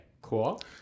Cool